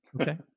Okay